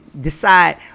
decide